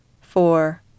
four